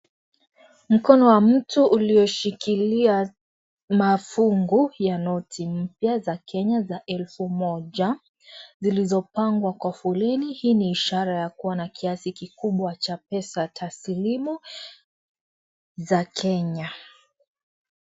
Mikono wa mtu ukioshikilia mafungu ya noti za Kenya za elfu moja zilizopangwa kwa foleni . Hii ni ishara ya kuwa na kiasi kikubwa cha pesa taslimu za Kenya.